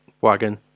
wagon